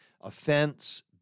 offense